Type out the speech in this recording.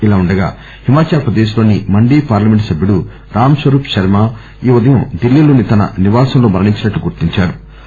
ఇలా ఉండగా హిమాచల్ ప్రదేశ్ లోని మండి పార్లమెంట్ సభ్యుడు రామ్ స్వరూప్ కర్మ ఈ ఉదయం డిల్లీలోని తన నివాసంలో మరణించినట్లు గుర్తిందారు